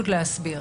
להסביר: